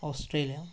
Australia